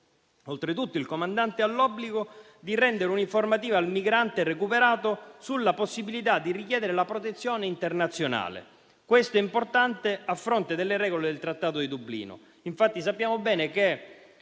Oltretutto il comandante ha l'obbligo di rendere un'informativa al migrante recuperato sulla possibilità di richiedere la protezione internazionale. Questo è importante a fronte delle regole del Trattato di Dublino.